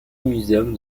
museum